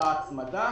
אותה הצמדה.